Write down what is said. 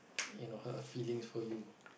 you know her feelings for you